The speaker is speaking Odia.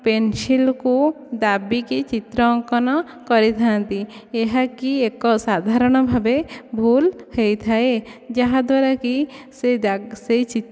ପେନସିଲ୍କୁ ଦାବିକି ଚିତ୍ର ଅଙ୍କନ କରିଥାନ୍ତି ଏହା କି ଏକ ସାଧାରଣ ଭାବେ ଭୁଲ ହୋଇଥାଏ ଯାହାଦ୍ଵାରା କି ସେହି